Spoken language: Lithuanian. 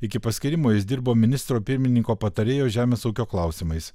iki paskyrimo jis dirbo ministro pirmininko patarėju žemės ūkio klausimais